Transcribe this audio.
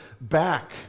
back